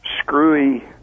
screwy